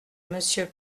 monsieur